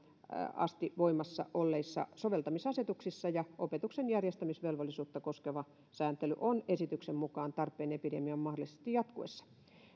asti voimassa olleissa soveltamisasetuksissa ja opetuksen järjestämisvelvollisuutta koskeva sääntely on esityksen mukaan tarpeen epidemian mahdollisesti jatkuessa